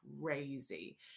crazy